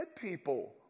people